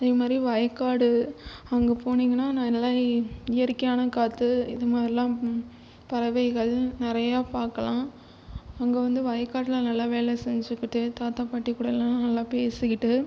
அதே மாதிரி வயக்காடு அங்கே போனிங்கன்னால் நல்ல இயற்கையான காற்று இது மாதிரிலாம் பறவைகள் நிறையா பாக்கலாம் அங்கே வந்து வயக்காட்டில் நல்லா வேலை செஞ்சுக்கிட்டு தாத்தா பாட்டி கூடலாம் நல்லா பேசிக்கிட்டு